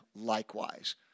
likewise